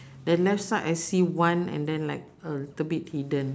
the left side I see one and then like a little bit hidden